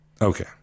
Okay